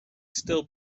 still